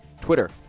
Twitter